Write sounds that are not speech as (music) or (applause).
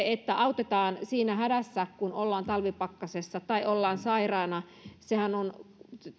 (unintelligible) että autetaan siinä hädässä kun ollaan talvipakkasessa tai ollaan sairaana on